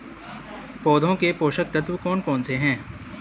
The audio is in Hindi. पौधों के पोषक तत्व कौन कौन से हैं?